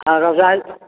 ଆଉ ରଜ ଆଇ